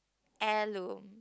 heirloom